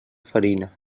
farina